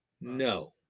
No